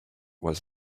was